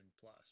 plus